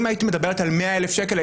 אם היית מדברת על 100,000 שקל,